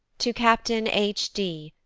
to captain h d,